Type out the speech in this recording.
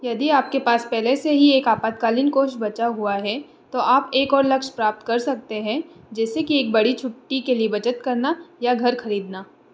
यदि आपके पास पहले से ही एक आपातकालीन कोश बचा हुआ है तो आप एक और लक्ष्य प्राप्त कर सकते हैं जैसे कि एक बड़ी छुट्टी के लिए बचत करना या घर ख़रीदना